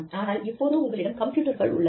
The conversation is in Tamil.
ஆனால் இப்போதோ உங்களிடம் கம்ப்யூட்டர்கள் உள்ளது